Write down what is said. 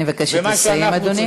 אני מבקשת לסיים, אדוני.